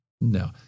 no